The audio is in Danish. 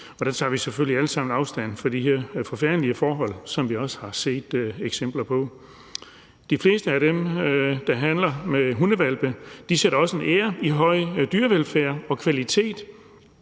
og der tager vi selvfølgelig alle sammen afstand fra de her forfærdelige forhold, som vi også har set eksempler på. De fleste af dem, der handler med hundehvalpe, sætter også en ære i at have en høj dyrevelfærd og kvalitet.